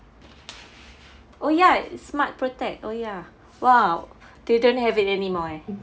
oh ya it's Smart Protect oh ya !wow! they don't have it anymore ah